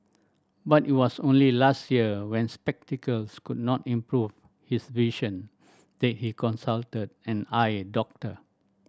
but it was only last year when spectacles could not improve his vision they he consulted an eye doctor